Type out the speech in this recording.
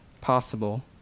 possible